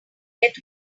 get